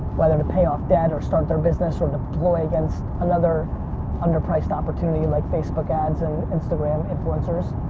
whether to pay off debt or start their business or deploy against another underpriced opportunity like facebook ads and instagram influencers.